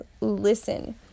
listen